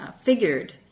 figured